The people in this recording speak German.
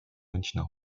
münchner